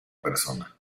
persona